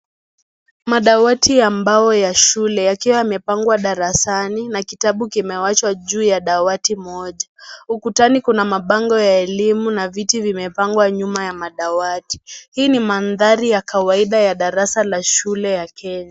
Madawati ya mbao ya shule yakiwa yamepangwa darasani na kitabu kimewachwa juu ya dawati moja, ukutani kuna mabango ya elimu na viti vimepangwa nyuma ya madawati. Hii ni mandhari ya kwaida ya darasa la shule ya Kenya.